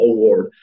Award